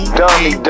dummy